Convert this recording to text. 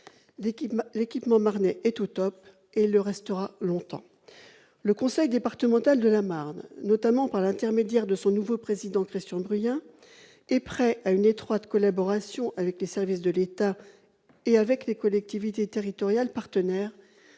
l'équipement marnais est « au », et il le restera longtemps ! Le conseil départemental de la Marne, notamment par l'intermédiaire de son nouveau président Christian Bruyen, est prêt à une étroite collaboration avec les services de l'État et avec les collectivités territoriales partenaires